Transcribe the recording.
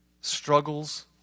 struggles